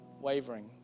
wavering